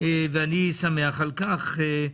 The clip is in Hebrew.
ואני שמח על כך.